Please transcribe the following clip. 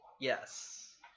Yes